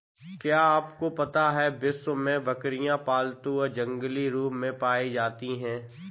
क्या आपको पता है विश्व में बकरियाँ पालतू व जंगली रूप में पाई जाती हैं?